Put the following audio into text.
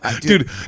dude